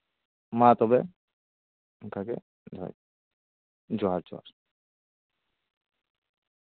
ᱢᱟ ᱛᱚᱵᱮ ᱚᱱᱠᱟᱜᱮ ᱫᱚᱦᱚᱭᱫᱤᱧ ᱡᱚᱦᱟᱨ ᱡᱚᱦᱟᱨ